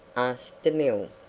asked demille.